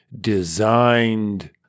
designed